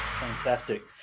Fantastic